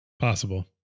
possible